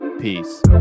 Peace